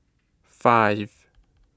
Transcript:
five